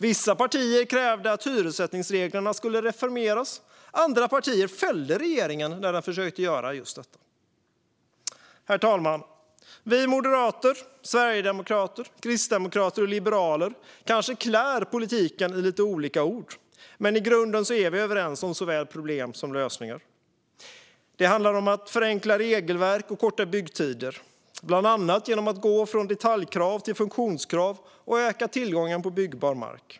Vissa partier krävde att hyressättningsreglerna skulle reformeras; andra partier fällde regeringen när den försökte göra just detta. Herr talman! Vi moderater, sverigedemokrater, kristdemokrater och liberaler kanske klär politiken i lite olika ord, men i grunden är vi överens om såväl problem som lösningar. Det handlar om att förenkla regelverk och korta byggtider. Det gör vi bland annat genom att gå från detaljkrav till funktionskrav och genom att öka tillgången på byggbar mark.